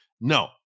No